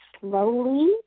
slowly